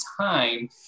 time